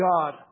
God